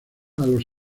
los